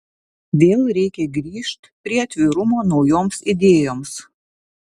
vėl reikia grįžt prie atvirumo naujoms idėjoms